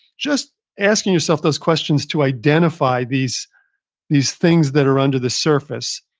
just asking yourself those questions to identify these these things that are under the surface,